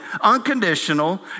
unconditional